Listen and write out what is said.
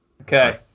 Okay